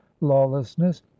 lawlessness